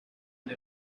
and